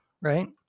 right